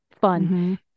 Fun